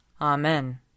Amen